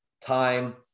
time